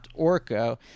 Orko